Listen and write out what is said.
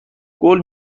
قول